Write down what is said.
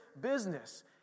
business